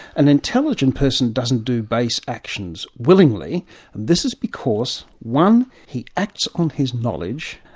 an intelligent person doesn't do base actions willingly this is because one he acts on his knowledge,